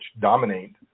dominate